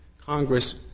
Congress